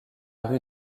rue